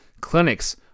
clinics